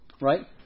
right